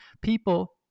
people